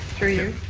through you,